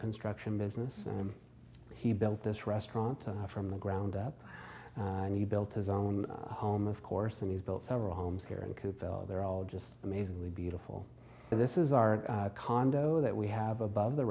construction business and he built this restaurant from the ground up and he built his own home of course and he's built several homes here and coop they're all just amazingly beautiful and this is our condo that we have above the